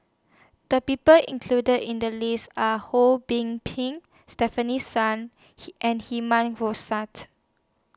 The People included in The list Are Ho Kwon Ping Stefanie Sun He and Herman